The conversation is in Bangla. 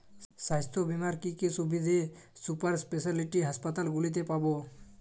স্বাস্থ্য বীমার কি কি সুবিধে সুপার স্পেশালিটি হাসপাতালগুলিতে পাব?